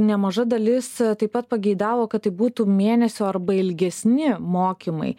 nemaža dalis taip pat pageidavo kad tai būtų mėnesio arba ilgesni mokymai